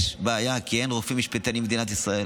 יש בעיה, כי אין רופאים משפטנים במדינת ישראל.